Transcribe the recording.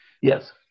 Yes